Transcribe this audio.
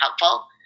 helpful